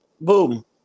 boom